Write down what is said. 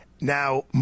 Now